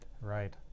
Right